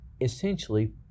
essentially